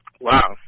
Wow